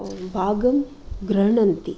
भागं गृह्णन्ति